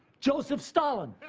josef stalin.